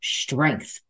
strength